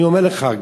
אני אומר לך,